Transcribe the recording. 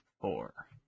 Four